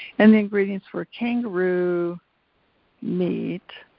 and the ingredients were kangaroo meat